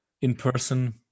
in-person